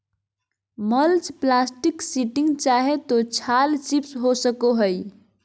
mulch plastic sheeting चाहे तो छाल चिप्स हो सको हइ